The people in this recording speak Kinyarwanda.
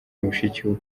mushiki